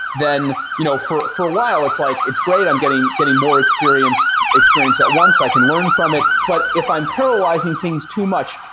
then you know for for a while it's like, it's great. i'm getting getting more experience experience at once. i can learn from it. but if i'm parallelizing things too much,